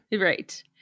Right